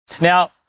Now